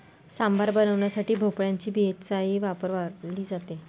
सांबार बनवण्यासाठी भोपळ्याची बियाही वापरली जाते